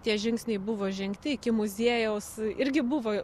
tie žingsniai buvo žengti iki muziejaus irgi buvo